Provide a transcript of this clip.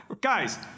Guys